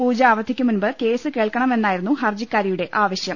പൂജ അവധിക്കു മുൻപ് കേസ് കേൾക്കണം എന്നായിരുന്നു ഹർജിക്കാരിയുടെ ആവശ്യം